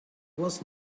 was